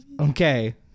Okay